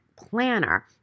planner